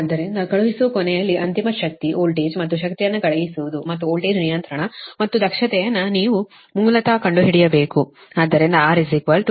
ಆದ್ದರಿಂದ ಕಳುಹಿಸುವ ಕೊನೆಯಲ್ಲಿ ಅಂತಿಮ ಶಕ್ತಿ ವೋಲ್ಟೇಜ್ ಮತ್ತು ಶಕ್ತಿಯನ್ನು ಕಳುಹಿಸುವುದು ಮತ್ತು ವೋಲ್ಟೇಜ್ ನಿಯಂತ್ರಣ ಮತ್ತು ದಕ್ಷತೆಯನ್ನು ನೀವು ಮೂಲತಃ ಕಂಡುಹಿಡಿಯಬೇಕು